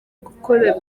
gukora